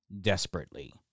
Desperately